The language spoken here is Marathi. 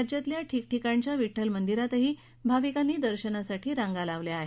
राज्यातल्या ठिकठिकाणच्या विठ्ठल रुक्मिणी मंदिरातही भाविकांनी दर्शनासाठी रांगा लावल्या आहेत